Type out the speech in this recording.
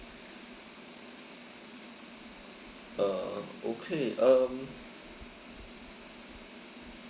uh okay um